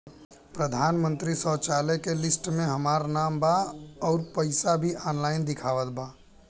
प्रधानमंत्री शौचालय के लिस्ट में हमार नाम बा अउर पैसा भी ऑनलाइन दिखावत बा